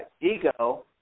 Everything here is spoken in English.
ego